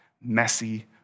messy